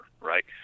right